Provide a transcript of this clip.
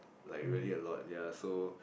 like really a lot ya so